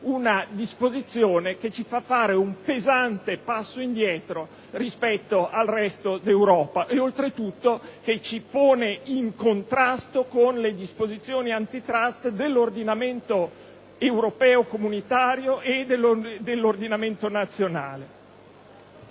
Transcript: una disposizione che ci fa fare un pesante passo indietro rispetto al resto d'Europa e che, oltre tutto, ci pone in contrasto con precise disposizioni *antitrust* dell'ordinamento europeo e dell'ordinamento nazionale.